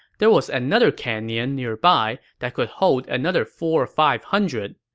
there was another canyon nearby that could hold another four or five hundred.